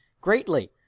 greatly